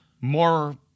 more